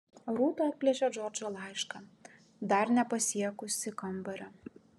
rūta atplėšė džordžo laišką dar nepasiekusi kambario